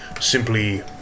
simply